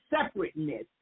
separateness